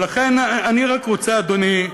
אני רק רוצה, אדוני,